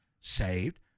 saved